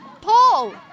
Paul